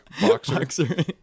boxer